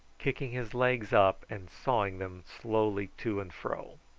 kicking his legs up and sawing them slowly to and fro.